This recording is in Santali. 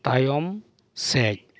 ᱛᱟᱭᱚᱢ ᱥᱮᱫ